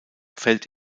fällt